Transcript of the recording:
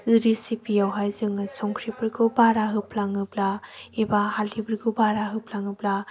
recipe यावहाय जोङो संख्रिफोरखौ बारा होफ्लाङोब्ला एबा हाल्दैफोरखौ बारा होफ्लाङोब्ला